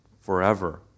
forever